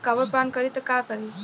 Copper पान करी त का करी?